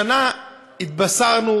השנה התבשרנו,